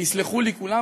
ויסלחו לי כולם,